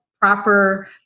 proper